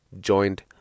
joined